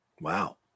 Wow